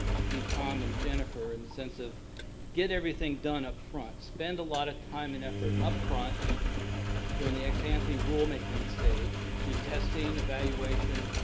be tom and jennifer, and the sense of get everything done up front. spend a lot of time and effort upfront during the ex-ante rulemaking stage through testing, evaluation,